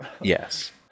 yes